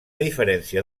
diferència